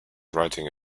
writing